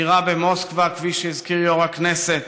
צירה במוסקבה, כפי שהזכיר יו"ר הכנסת,